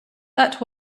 that